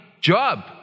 job